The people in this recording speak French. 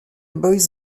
boys